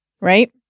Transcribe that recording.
right